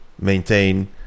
maintain